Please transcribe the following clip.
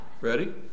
Ready